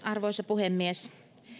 arvoisa puhemies